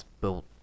built